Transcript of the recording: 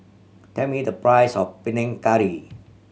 tell me the price of Panang Curry